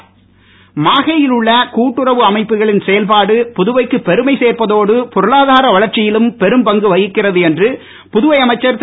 கந்தசாமி மாஹேயில் உள்ள கூட்டுறவு அமைப்புகளின் செயல்பாடு புதுவைக்கு பெருமை சேர்ப்பதோடு பொருளாதார வளர்ச்சியிலும் பெரும் பங்கு வகிக்கிறது என்று புதுவை அமைச்சர் திரு